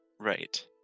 Right